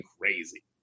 crazy